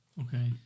Okay